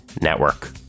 Network